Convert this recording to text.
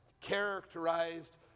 characterized